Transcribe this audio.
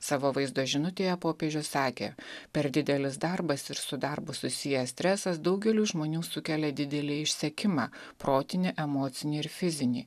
savo vaizdo žinutėje popiežius sakė per didelis darbas ir su darbu susijęs stresas daugeliui žmonių sukelia didelį išsekimą protinį emocinį ir fizinį